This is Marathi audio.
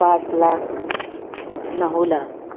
पाच लाख नऊ लाख